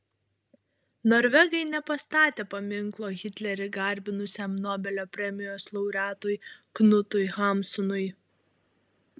norvegai nepastatė paminklo hitlerį garbinusiam nobelio premijos laureatui knutui hamsunui